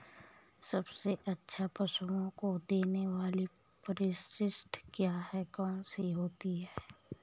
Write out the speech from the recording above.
सबसे अच्छा पशुओं को देने वाली परिशिष्ट क्या है? कौन सी होती है?